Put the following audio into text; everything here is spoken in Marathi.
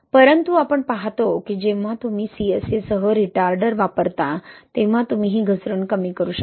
परंतु आपण पाहतो की जेव्हा तुम्ही CSA सह रिटार्डर वापरता तेव्हा तुम्ही ही घसरण कमी करू शकता